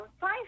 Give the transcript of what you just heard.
five